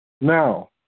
Now